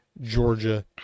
Georgia